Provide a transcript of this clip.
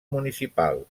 municipal